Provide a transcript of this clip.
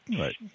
right